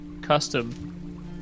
custom